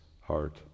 heart